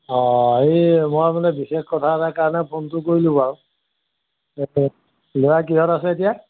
অঁ এই মই মানে বিশেষ কথা এটাৰ কাৰণে ফোনটো কৰিলোঁ আৰু অঁ ল'ৰা কিহত আছে এতিয়া